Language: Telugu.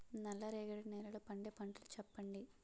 నల్ల రేగడి నెలలో పండే పంటలు చెప్పండి?